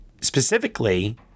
specifically